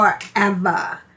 Forever